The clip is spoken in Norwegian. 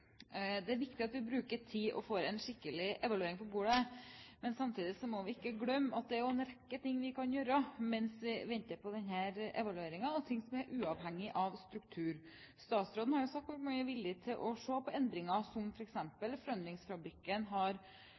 Det er viktig at vi bruker tid og får en skikkelig evaluering på bordet, men samtidig må vi ikke glemme at det er en rekke ting vi kan gjøre mens vi venter på denne evalueringen, ting som er uavhengig av struktur. Statsråden har jo sagt at man er villig til å se på endringer, som f.eks. Forandringsfabrikken har